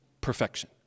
perfection